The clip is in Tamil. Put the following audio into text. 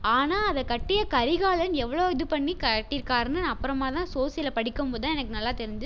ஆனால் அதை கட்டிய கரிகாலன் எவ்வளோ இது பண்ணி கட்டி இருக்காருன்னு நான் அப்புறமா தான் நான் சோசியலை படிக்கும் போது தான் எனக்கு நல்லா தெரிஞ்சுது